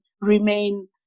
remain